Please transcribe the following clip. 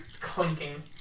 clinking